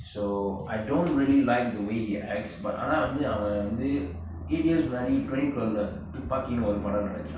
so I don't really like the way he acts but ஆனா வந்து அவன் வந்து:aanaa vanthu avan vanthu eight years முன்னாடி:munnadi twenty twelve துப்பாக்கினு ஒறு படம் நடுச்சா:thupaakinu oru padam naduchaa